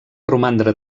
romandre